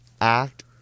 act